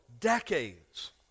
decades